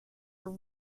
are